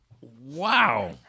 Wow